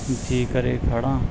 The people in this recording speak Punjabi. ਜੀ ਕਰੇ ਖੜਾਂ